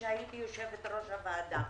כשהייתי יושבת ראש הוועדה.